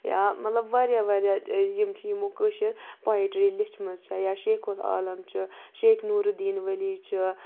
یا مطلب واریاہ واریاہ یِم چھِ یِمو کٲشِر پویٹرٛی لیچھمٕژ چھےٚ یا شیخ العالم چھِ شیخ نوٗرُالدیٖن ولی چھُ